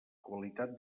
qualitat